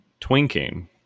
Twinking